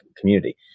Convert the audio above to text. community